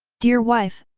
dear wife,